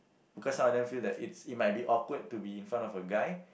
cause some of them feel that it's it might be awkward to be in front of a guy